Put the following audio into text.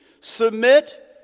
submit